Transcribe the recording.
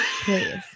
please